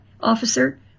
officer